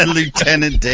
Lieutenant